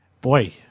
Boy